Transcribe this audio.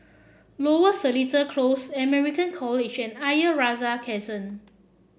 Lower Seletar Close American College and Ayer Rajah Crescent